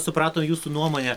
suprato jūsų nuomonę